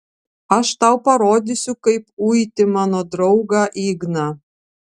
aš tau parodysiu kaip uiti mano draugą igną